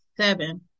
seven